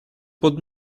pod